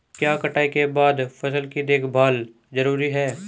क्या कटाई के बाद फसल की देखभाल जरूरी है?